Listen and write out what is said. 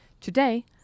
Today